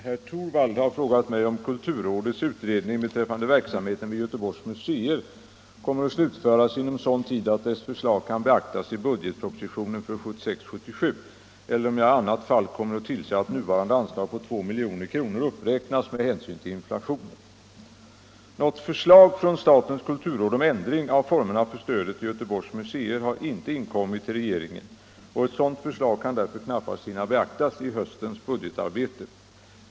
Herr talman! Herr Torwald har frågat mig om kulturrådets utredning beträffande verksamheten vid Göteborgs museer kommer att slutföras inom sådan tid att dess förslag kan beaktas i budgetpropositionen för 1976/77 eller om jag i annat fall kommer att tillse att nuvarande anslag på 2 milj.kr. uppräknas med hänsyn till inflationen. Något förslag från statens kulturråd om ändring av formerna för stödet till Göteborgs museer har inte inkommit till regeringen och ett sådant förslag kan därför knappast hinna beaktas i höstens budgetarbete.